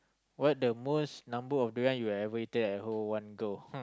what the most number of durian you've ever eaten at one go